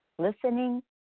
Listening